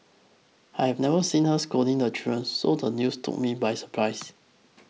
I have never seen her scolding the children so the news took me by surprise